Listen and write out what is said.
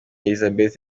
elizabeth